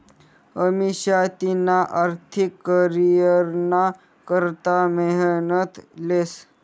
अमिषा तिना आर्थिक करीयरना करता मेहनत लेस